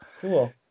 Cool